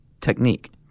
technique